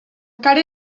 cara